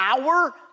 hour